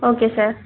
okay sir